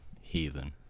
Heathen